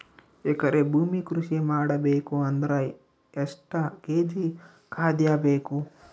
ಎಕರೆ ಭೂಮಿ ಕೃಷಿ ಮಾಡಬೇಕು ಅಂದ್ರ ಎಷ್ಟ ಕೇಜಿ ಖಾದ್ಯ ಬೇಕು?